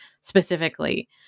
specifically